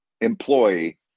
employee